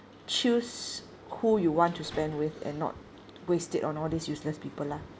choose who you want to spend with and not waste it on all these useless people lah